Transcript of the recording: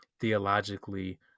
theologically